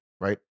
right